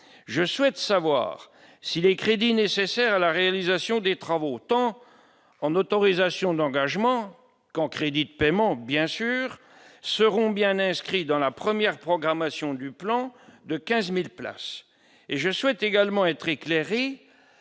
je souhaite savoir si les crédits nécessaires à la réalisation des travaux tant en autorisations d'engagement qu'en crédits de paiement bien sûr seront bien inscrits dans la première programmation du plan de 15000 places et je souhaite également être éclairés